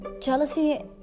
jealousy